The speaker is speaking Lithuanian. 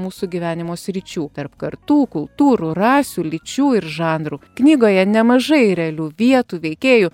mūsų gyvenimo sričių tarp kartų kultūrų rasių lyčių ir žanrų knygoje nemažai realių vietų veikėjų